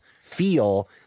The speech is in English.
feel